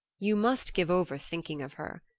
you must give over thinking of her.